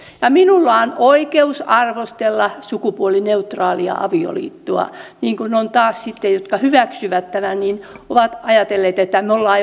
ja minulla on oikeus arvostella sukupuolineutraalia avioliittoa niin kuin taas sitten ne jotka hyväksyvät tämän ovat ajatelleet että me olemme